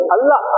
Allah